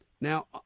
Now